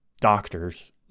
doctors